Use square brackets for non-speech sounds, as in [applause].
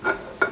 [laughs]